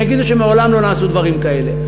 הם יגידו שמעולם לא נעשו דברים כאלה.